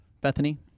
Bethany